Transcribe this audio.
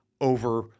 over